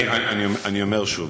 אני אומר שוב: